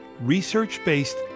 research-based